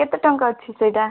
କେତେ ଟଙ୍କା ଅଛି ସେଇଟା